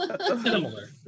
Similar